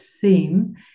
theme